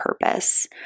purpose